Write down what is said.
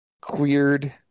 cleared